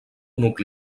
nucli